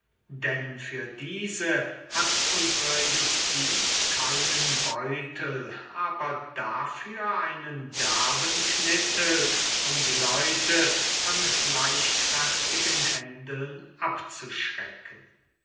denn für diese hat unsre justiz keinen beutel aber dafür einen derben knittel um die leute von leichtfertigen händeln abzuschrecken